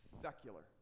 Secular